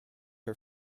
her